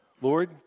Lord